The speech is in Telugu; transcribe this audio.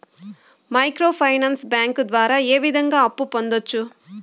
మైక్రో ఫైనాన్స్ బ్యాంకు ద్వారా ఏ విధంగా అప్పు పొందొచ్చు